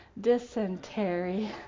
dysentery